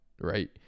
right